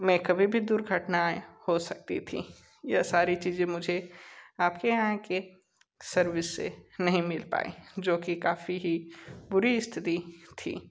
में कभी भी दुर्घटनाएँ हो सकती थी यह सारी चीज मुझे आपके यहाँ के सर्विस से नहीं मिल पाएँ जो कि काफ़ी ही बुरी स्थिति थी